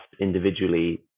individually